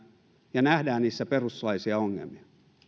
ja niissä nähdään perustuslaillisia ongelmia